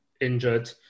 injured